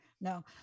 No